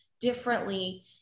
differently